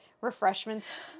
Refreshments